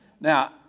Now